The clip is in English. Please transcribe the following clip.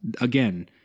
again